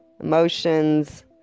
Emotions